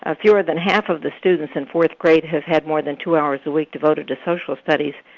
ah fewer than half of the students in fourth grade have had more than two hours a week devoted to social studies,